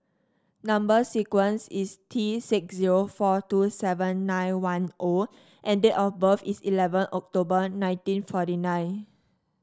number sequence is T six zero four two seven nine one O and date of birth is eleven October nineteen forty nine